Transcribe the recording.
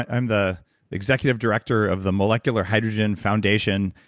i'm the executive director of the molecular hydrogen foundation,